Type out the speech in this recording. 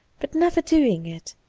but never doing it,